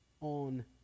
on